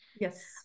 Yes